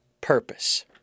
purpose